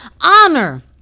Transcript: Honor